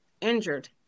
injured